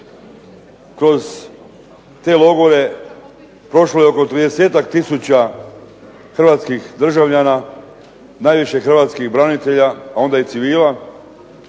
Kroz te logore prošlo je oko 30-ak tisuća hrvatskih državljana, najviše Hrvatskih branitelja, a onda i civila,